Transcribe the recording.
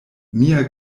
mia